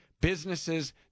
businesses